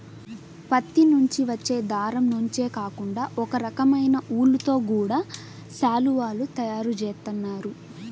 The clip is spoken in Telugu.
పత్తి నుంచి వచ్చే దారం నుంచే కాకుండా ఒకరకమైన ఊలుతో గూడా శాలువాలు తయారు జేత్తన్నారు